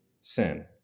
sin